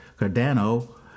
Cardano